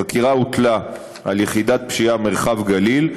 החקירה הוטלה על יחידת פשיעה מרחב גליל,